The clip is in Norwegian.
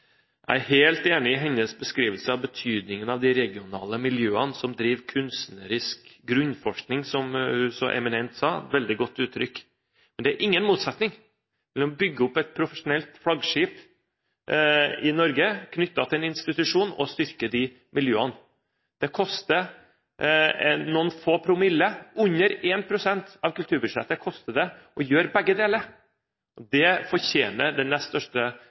Jeg er helt enig i hennes beskrivelse av betydningen av de regionale miljøene som driver kunstnerisk grunnforskning, som hun så eminent sa – veldig godt uttrykk. Men det er ingen motsetning mellom å bygge opp et profesjonelt flaggskip i Norge knyttet til en institusjon og styrke de miljøene. Det koster noen få promille – under 1 pst. av kulturbudsjettet koster det å gjøre begge deler, og det fortjener den nest største